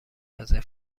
رزرو